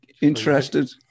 interested